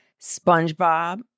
Spongebob